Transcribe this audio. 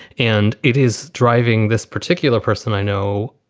and it is driving this particular person i know,